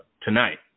tonight